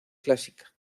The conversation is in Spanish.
clásica